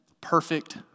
perfect